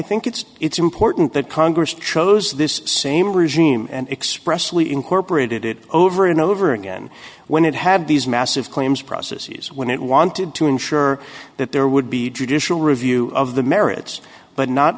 think it's it's important that congress chose this same regime and expressly incorporated it over and over again when it had these massive claims processes when it wanted to ensure that there would be judicial review of the merits but not